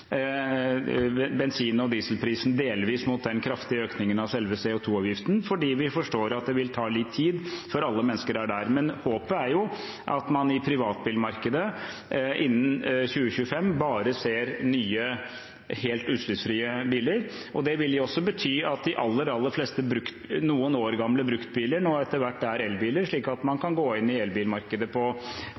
bensin- og dieselprisen delvis mot den kraftige økningen av selve CO 2 -avgiften, fordi vi forstår at det vil ta litt tid før alle mennesker er der. Men håpet er jo at man i privatbilmarkedet innen 2025 bare ser nye, helt utslippsfrie biler. Det vil også bety at de aller, aller fleste noen år gamle bruktbiler nå etter hvert er elbiler, slik at man kan gå inn i elbilmarkedet på